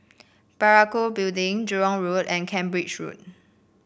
Parakou Building Jurong Road and Cambridge Road